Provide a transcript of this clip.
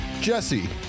jesse